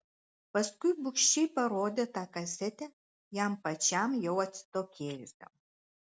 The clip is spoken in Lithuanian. paskui bugščiai parodė tą kasetę jam pačiam jau atsitokėjusiam